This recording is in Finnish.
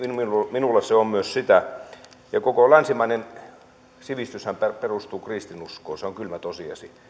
minulla se on myös sitä koko länsimainen sivistyshän perustuu kristinuskoon se on kylmä tosiasia